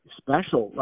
special